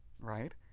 right